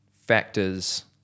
factors